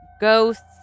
ghosts